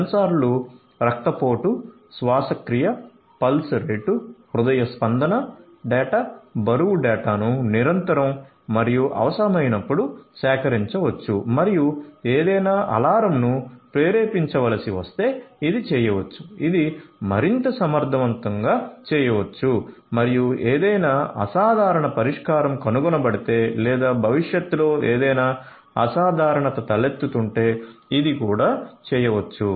సెన్సార్లు రక్తపోటు శ్వాసక్రియ పల్స్ రేటు హృదయ స్పందన డేటా బరువు డేటాను నిరంతరం మరియు అవసరమైనప్పుడు సేకరించవచ్చు మరియు ఏదైనా అలారంను ప్రేరేపించవలసి వస్తే ఇది చేయవచ్చు ఇది మరింత సమర్థవంతంగా చేయవచ్చు మరియు ఏదైనా అసాధారణ పరిష్కారం కనుగొనబడితే లేదా భవిష్యత్తులో ఏదైనా అసాధారణత తలెత్తుతుంటే ఇది కూడా చేయవచ్చు